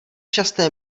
časté